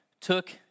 took